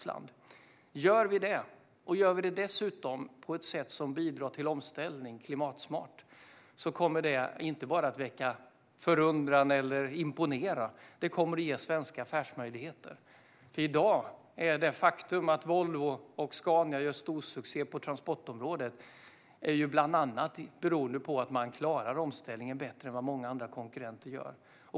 Om vi gör detta, och dessutom gör det på ett sätt som bidrar till klimatsmart omställning, kommer detta inte bara att väcka förundran eller imponera, utan det kommer även att ge svenska affärsmöjligheter. För i dag beror det faktum att Volvo och Scania gör storsuccé på transportområdet bland annat på att de klarar omställningen bättre än vad många andra konkurrenter gör.